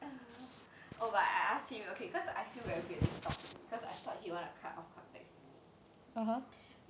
oh but I ask him okay because I feel very weird that he talk to me cause I thought he want to cut off contacts with me